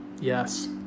Yes